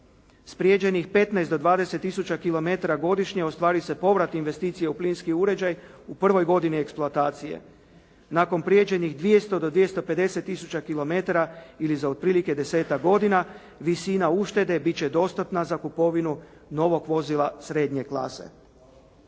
S prijeđenih 15 do 20 tisuća kilometara godišnje ostvari se povrat investicije u plinski uređaj u prvoj godini eksploatacije. Nakon prijeđenih 200 do 250 tisuća kilometara ili za otprilike desetak godina, visina uštede bit će dostatna za kupovinu novog vozila srednje klase.